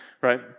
right